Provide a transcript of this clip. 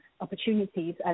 opportunities